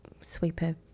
sweeper